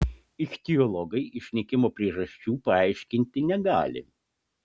ichtiologai išnykimo priežasčių paaiškinti negali